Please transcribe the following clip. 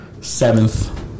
Seventh